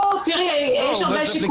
יש הרבה שיקולים.